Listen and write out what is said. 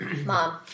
Mom